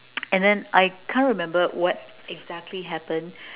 and then I can't remember what exactly happened